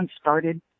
started